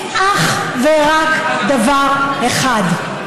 זה אך ורק דבר אחד: